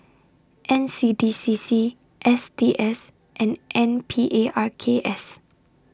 N C D C C S T S and N P A R K S